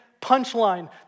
punchline